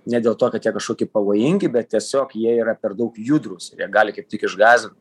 ne dėl to kad jie kažkoki pavojingi bet tiesiog jie yra per daug judrūs jie gali kaip tik išgąsdint